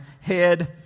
head